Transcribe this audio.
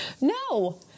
No